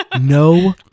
no